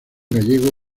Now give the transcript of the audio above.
gallego